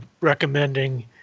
recommending